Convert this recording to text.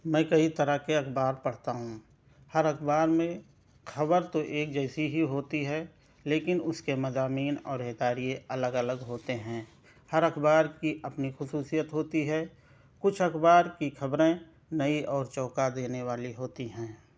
میں کئی طرح کے اخبار پڑھتا ہوں ہر اخبار میں خبر تو ایک جیسی ہی ہوتی ہے لیکن اُس کے مضامین اور اداریے الگ الگ ہوتے ہیں ہر اخبار کی اپنی خصوصیت ہوتی ہے کچھ اخبار کی خبریں نئی اور چونکا دینے والی ہوتی ہیں